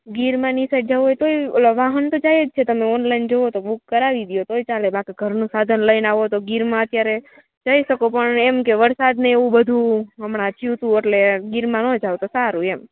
ગીરમાં ને એ સાઇડ જવું હોય તોય ઓલા વાહન તો જાય જ છે તમે ઓનલાઇન જુઓ તો બૂક કરાવી દ્યો તોય ચાલે બાકી ઘરનું સાધન લઈને આવો તો ગીરમાં અત્યારે જઈ શકો પણ એમ કે અત્યારે વરસાદ એવું બધું હમણાં થયું હતું એટલે ગીરમાં ન જાઓ તો સારું એમ